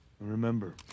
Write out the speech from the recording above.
Remember